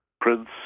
Prince